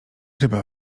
ryba